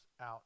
out